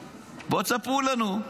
בואו, תספרו לנו.